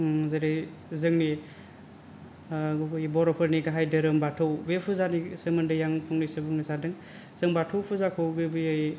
जेरै जोंनि गुबैयै बर'फोरनि गाहाय धोरोम बाथौ बे फुजानि सोमोन्दै आं फंनैसो बुंनो सानदों जों बाथौ फुजाखौ गुबैयै